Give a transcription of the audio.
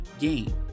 game